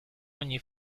ogni